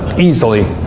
easily.